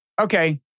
okay